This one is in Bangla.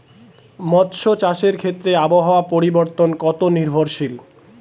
মৎস্য চাষের ক্ষেত্রে আবহাওয়া পরিবর্তন কত নির্ভরশীল?